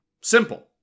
Simple